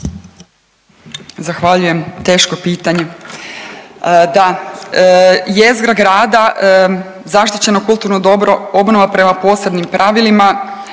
Zahvaljujem, teško pitanje. Da, jezgra grada, zaštićeno kulturno dobro, obnova prema posebnim pravilima,